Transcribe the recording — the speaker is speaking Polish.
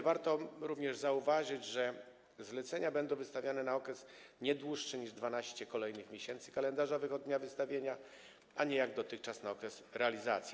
Warto również zauważyć, że zlecenia będą wystawiane na okres nie dłuższy niż 12 kolejnych miesięcy kalendarzowych od dnia wystawienia, a nie, jak dotychczas, na okres realizacji.